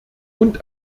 und